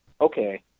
Okay